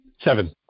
Seven